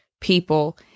people